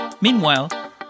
Meanwhile